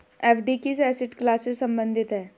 FD किस asset class से संबंधित है?